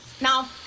Now